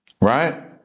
Right